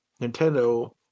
Nintendo